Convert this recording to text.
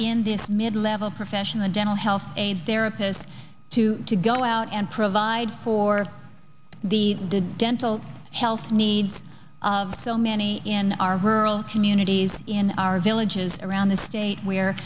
in this mid level profession the dental health aid therapists to to go out and provide for the dental health needs of so many in our rural communities in our villages around the state where